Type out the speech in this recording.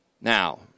Now